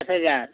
हज़ार